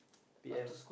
P_M